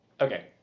Okay